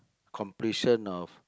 completion of